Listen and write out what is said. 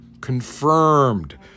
confirmed